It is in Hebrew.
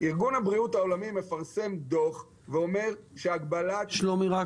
ארגון הבריאות העולמי מפרסם דוח ואומר שהגבלת --- שלומי,